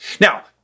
Now